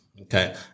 Okay